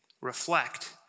reflect